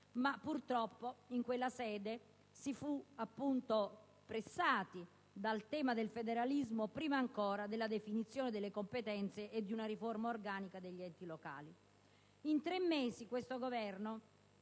ma purtroppo in quella sede si fu pressati dal tema del federalismo, prima ancora della definizione delle competenze e di una riforma organica degli enti locali.